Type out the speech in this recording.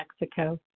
Mexico